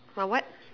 my what